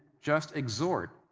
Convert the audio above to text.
just exhort.